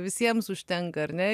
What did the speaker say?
visiems užtenka ar ne